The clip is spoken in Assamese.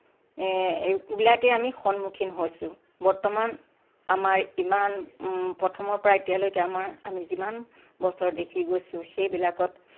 এ এইবিলাকেই আমি সন্মুখীন হৈছোঁ বৰ্তমান আমাৰ ইমান প্ৰথমৰ পৰা এতিয়ালৈকে আমাৰ আমি যিমান বছৰ দেখি গৈছোঁ সেইবিলাকত